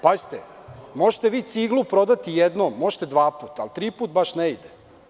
Pazite, možete vi ciglu prodati jednom, možete dva puta, ali tri puta baš ne ide.